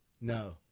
no